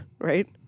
right